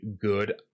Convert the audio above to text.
good